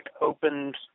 opened